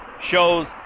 Shows